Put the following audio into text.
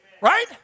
Right